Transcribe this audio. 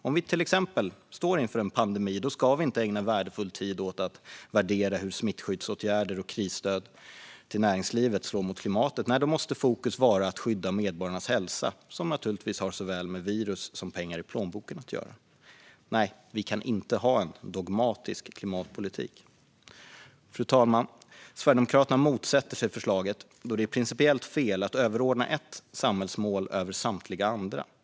Om vi till exempel står inför en pandemi ska vi inte ägna värdefull tid åt att värdera hur smittskyddsåtgärder och krisstöd till näringslivet slår mot klimatet. Nej, då måste fokus vara att skydda medborgarnas hälsa, något som naturligtvis har såväl med virus som pengar i plånboken att göra. Nej, vi kan inte ha en dogmatisk klimatpolitik. Fru talman! Sverigedemokraterna motsätter sig förslaget då det är principiellt fel att överordna ett samhällsmål över samtliga andra.